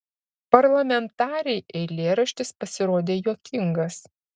parlamentarei eilėraštis pasirodė juokingas